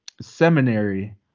seminary